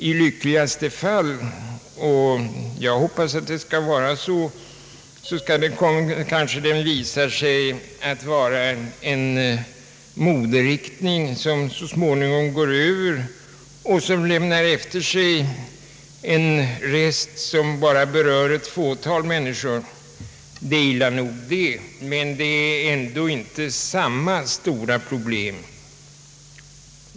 I lyckligaste fall — jag hoppas det skall visa sig vara så — kanske använd ningen av narkotika visar sig vara en modenyck som så småningom går över och bara lämnar efter sig en rest som endast berör ett fåtal människor. Det är illa nog, men det är ändå inte samma stora problem.